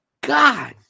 God